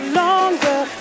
longer